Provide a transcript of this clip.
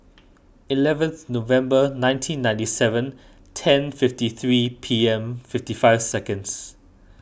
eleventh November nineteen ninety seven ten fifty three P M fifty five seconds